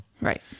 Right